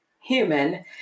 human